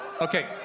okay